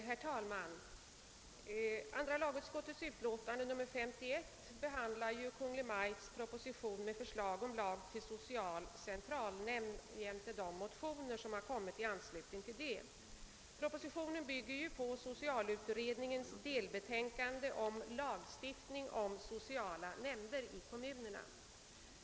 Herr talman! Andra lagutskottets utlåtande nr 51 behandlar Kungl. Maj:ts proposition med förslag till lag om social centralnämnd jämte de motioner som avgivits i anslutning till propositionen. Propositionen bygger på socialutredningens delbetänkande om lagstiftning om sociala nämnder i kommunerna.